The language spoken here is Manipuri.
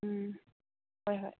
ꯎꯝ ꯍꯣꯏ ꯍꯣꯏ